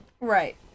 Right